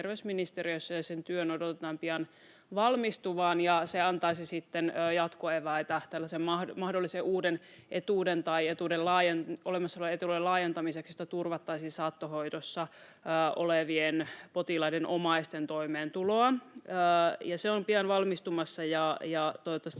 sen työn odotetaan pian valmistuvan, ja se antaisi sitten jatkoeväitä tällaiseen mahdolliseen uuteen etuuteen tai olemassa olevan etuuden laajentamiseen, jotta turvattaisiin saattohoidossa olevien potilaiden omaisten toimeentuloa. Se on pian valmistumassa, ja toivottavasti